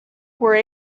were